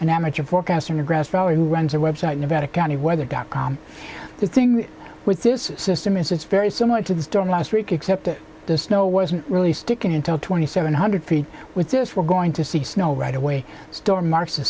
an amateur forecaster in the grass valley who runs a website nevada county weather dot com the thing with this system is it's very similar to the storm last week except that the snow wasn't really sticking until twenty seven hundred feet with this we're going to see snow right away storm mar